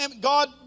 God